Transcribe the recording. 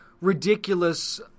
ridiculous